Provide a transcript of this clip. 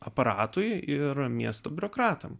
aparatui ir miesto biurokratams